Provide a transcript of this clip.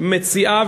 מציעה,